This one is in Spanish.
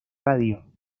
radio